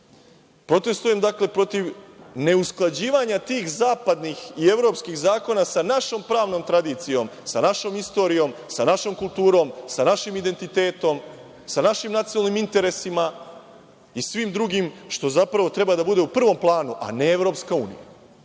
protestujem protiv neusklađivanja tih zapadnih i evropskih zakona sa našom pravnom tradicijom, sa našom istorijom, sa našom kulturom, sa našim identitetom, sa našim nacionalnim interesima i svim drugim, što zapravo treba da bude u prvom planu, a ne Evropska unija.